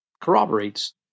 corroborates